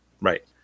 Right